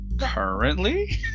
Currently